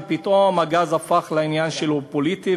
ופתאום הגז הפך לעניין שהוא פוליטי,